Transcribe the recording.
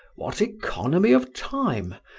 what economy of time,